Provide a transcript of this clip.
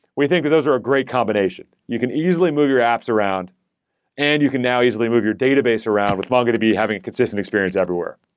we think that those are a great combination. you can easily move your apps around and you can now easily move your database around with mongodb having a consistent experience everywhere.